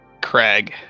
Craig